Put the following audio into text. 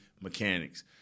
mechanics